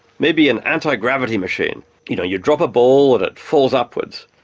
maybe an anti-gravity machine you know, you drop a ball and it falls upwards.